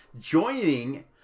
Joining